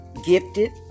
Gifted